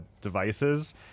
devices